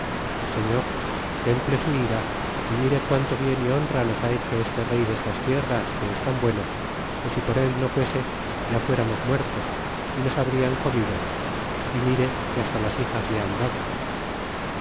y política de cortés quanto bien y honra nos ha hecho este rey destas tierras que es tan bueno que si por él no fuese ya fueramos muertos y nos habrian comido é mire que hasta las hijas le han dado